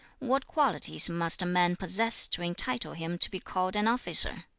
what qualities must a man possess to entitle him to be called an officer?